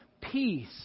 peace